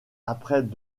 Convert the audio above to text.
après